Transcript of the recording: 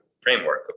framework